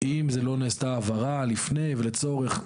אם לא נעשתה העברה לפני ולצורך,